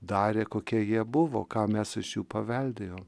darė kokie jie buvo ką mes iš jų paveldėjom